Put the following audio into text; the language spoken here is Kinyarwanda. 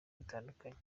bitandukanye